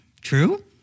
true